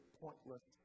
pointless